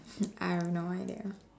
I have no idea